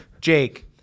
Jake